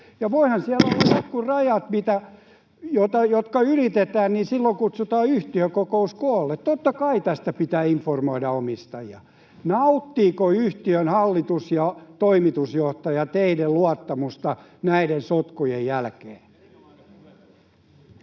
Ja voihan siellä olla jotkut rajat, jotka kun ylitetään, silloin kutsutaan yhtiökokous koolle. Totta kai tästä pitää informoida omistajia. Nauttivatko yhtiön hallitus ja toimitusjohtaja teidän luottamustanne näiden sotkujen jälkeen?